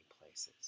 places